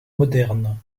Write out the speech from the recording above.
moderne